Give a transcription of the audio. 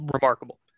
remarkable